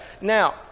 Now